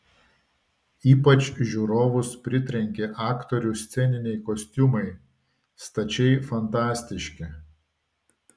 ypač žiūrovus pritrenkė aktorių sceniniai kostiumai stačiai fantastiški